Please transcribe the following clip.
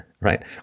Right